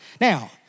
Now